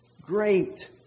Great